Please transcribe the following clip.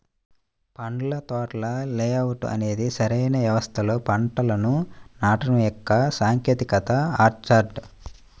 పండ్ల తోటల లేఅవుట్ అనేది సరైన వ్యవస్థలో పంటలను నాటడం యొక్క సాంకేతికత ఆర్చర్డ్